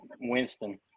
Winston